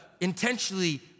intentionally